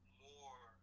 more